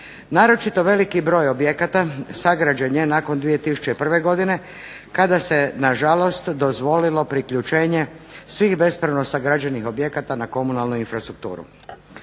Naročito veliki broj objekata sagrađen je nakon 2001. godine kada se nažalost dozvolilo priključenje svih bespravno sagrađenih objekata na komunalnu infrastrukturu.